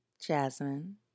Jasmine